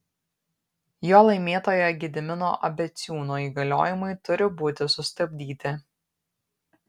jo laimėtojo gedimino abeciūno įgaliojimai turi būti sustabdyti